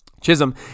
Chisholm